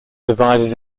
divided